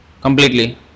completely